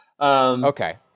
Okay